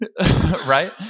right